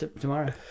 Tomorrow